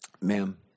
Ma'am